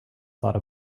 thought